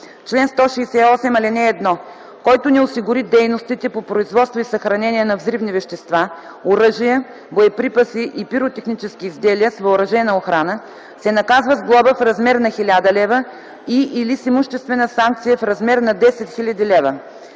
чл. 168: „Чл. 168. (1) Който не осигури дейностите по производство и съхранение на взривни вещества, оръжия, боеприпаси и пиротехнически изделия с въоръжена охрана, се наказва с глоба в размер на 1000 лв. и/или с имуществена санкция в размер на 10 000 лв.